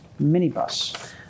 minibus